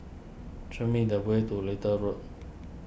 show me the way to Little Road